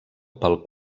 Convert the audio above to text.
pel